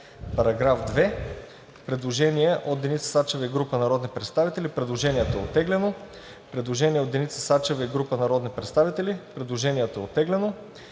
оттеглено. Предложение от Деница Сачева и група народни представители. Предложението е оттеглено.